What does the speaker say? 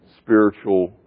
spiritual